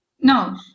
No